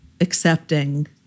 accepting